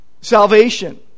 salvation